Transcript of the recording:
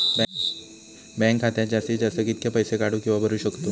Bank खात्यात जास्तीत जास्त कितके पैसे काढू किव्हा भरू शकतो?